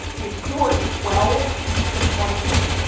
if you are twelve to twenty two,